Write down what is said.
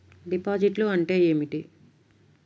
డిపాజిట్లు అంటే ఏమిటి?